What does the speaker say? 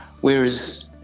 Whereas